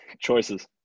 choices